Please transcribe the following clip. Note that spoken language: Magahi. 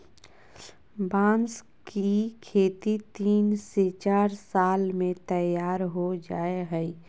बांस की खेती तीन से चार साल में तैयार हो जाय हइ